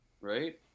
Right